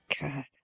God